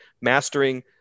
mastering